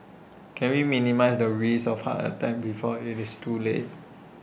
can we minimise the risk of heart attack before IT is too late